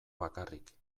bakarrik